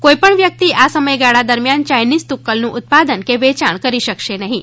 કોઇ પણ વ્યક્તિ આ સમયગાળા દરમ્યાન ચાઇનીઝ ટુક્કલનું ઉત્પાદન કે વેચાણ કરી શકશે નહીં